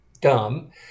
dumb